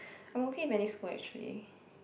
I'm okay with any school actually